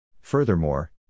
Furthermore